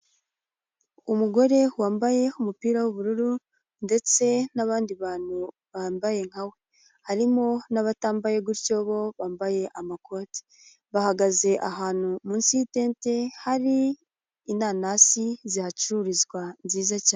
Umugore wambaye umupira w'ubururu, ndetse n'abandi bantu bambaye nka we. Harimo n'abatambaye gutyo, bo bambaye amakoti. Bahagaze ahantu munsi y'itente hari inanasi zihacururizwa nziza cyane.